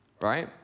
right